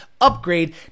upgrade